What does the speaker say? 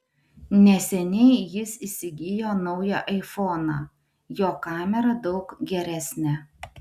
neseniai jis įsigijo naują aifoną jo kamera daug geresnė